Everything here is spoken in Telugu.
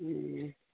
ఇ